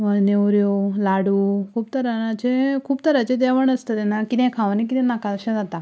मागीर नेवऱ्यो लाडू खूब तरांचे खूब तरांचें जेवण आसता तेन्ना कितें खावूं आनी कितें नाका अशें जाता